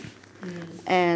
mm